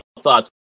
thoughts